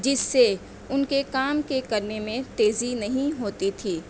جس سے ان کے کام کے کرنے میں تیزی نہیں ہوتی تھی